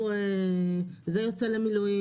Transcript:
זה יוצא למילואים.